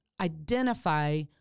identify